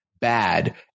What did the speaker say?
bad